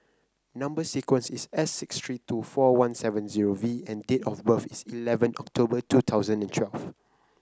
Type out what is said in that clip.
number sequence is S six three two four one seven zero V and date of birth is eleven October two thousand and twelve